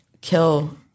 Kill